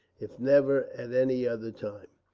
if never at any other time.